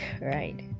right